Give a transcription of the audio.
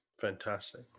Fantastic